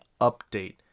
update